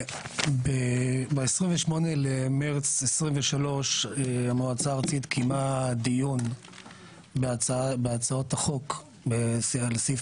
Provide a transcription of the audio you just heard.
ב-28 במרץ 2023 המועצה הארצית קיימה דיון בהצעות החוק על סעיף